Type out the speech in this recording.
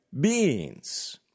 beings